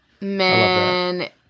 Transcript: Man